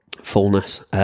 fullness